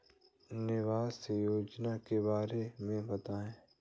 निवेश योजना के बारे में बताएँ?